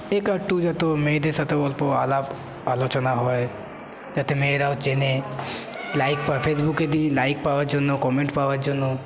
মেয়েদের সাথেও অল্প আলাপ আলোচনা হয় যাতে মেয়েরাও চেনে লাইক ফেসবুকে দিই লাইক পাওয়ার জন্য কমেন্ট পাওয়ার জন্য